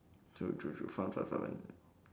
true true fun fun fun fun